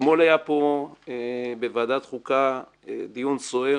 אתמול היה פה בוועדת חוקה דיון סוער